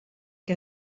que